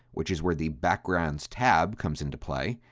which is where the backgrounds tab comes into play.